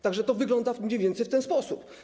Tak że to wygląda mniej więcej w ten sposób.